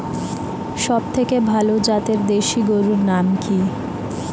সবথেকে ভালো জাতের দেশি গরুর নাম কি?